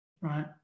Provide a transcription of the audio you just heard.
right